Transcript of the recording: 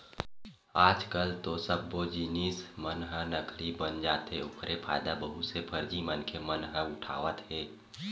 आज कल तो सब्बे जिनिस मन ह नकली बन जाथे ओखरे फायदा बहुत से फरजी मनखे मन ह उठावत हे